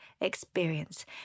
experience